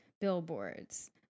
billboards